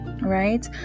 right